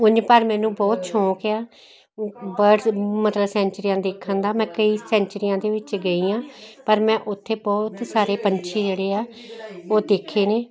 ਉਂਜ ਪਰ ਮੈਨੂੰ ਬਹੁਤ ਸ਼ੌਕ ਆ ਬਰਡਸ ਮਤਲਬ ਸੈਂਚਰੀਆਂ ਦੇਖਣ ਦਾ ਮੈਂ ਕਈ ਸੈਂਚਰੀਆਂ ਦੇ ਵਿੱਚ ਗਈ ਹਾਂ ਪਰ ਮੈਂ ਉੱਥੇ ਬਹੁਤ ਹੀ ਸਾਰੇ ਪੰਛੀ ਜਿਹੜੇ ਆ ਉਹ ਦੇਖੇ ਨੇ